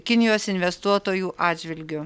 kinijos investuotojų atžvilgiu